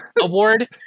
award